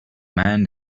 man